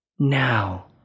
Now